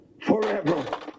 forever